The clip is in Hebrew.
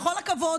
בכל הכבוד,